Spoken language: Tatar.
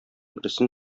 берсен